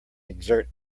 exert